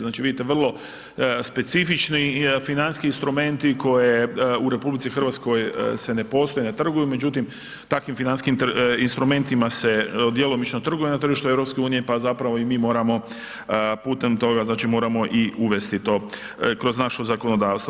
Znači vidite vrlo specifični financijski instrumenti koje u RH se ne postoje, ne trguju, međutim, takvim financijskim instrumentima se djelomično trguje na tržištu EU, pa zapravo i mi moramo putem toga, znači moramo i uvesti to kroz naše zakonodavstvo.